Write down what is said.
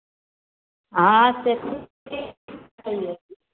हँ से करियै